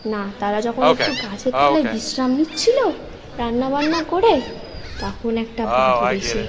না তারা যখন একটু গাছের তলায় বিশ্রাম নিচ্ছিল রান্নাবান্না করে তখন একটা বাঁদর এসে